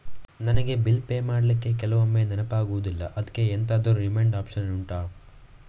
ನನಗೆ bill pay ಮಾಡ್ಲಿಕ್ಕೆ ಕೆಲವೊಮ್ಮೆ ನೆನಪಾಗುದಿಲ್ಲ ಅದ್ಕೆ ಎಂತಾದ್ರೂ ರಿಮೈಂಡ್ ಒಪ್ಶನ್ ಉಂಟಾ